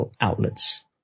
outlets